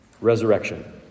resurrection